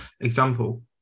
example